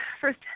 first